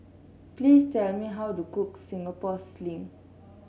please tell me how to cook Singapore Sling